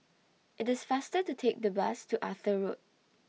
IT IS faster to Take The Bus to Arthur Road